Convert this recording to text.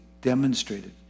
demonstrated